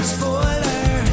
Spoiler